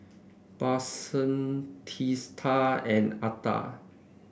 Babasaheb Teesta and Atal